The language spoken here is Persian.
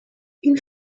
این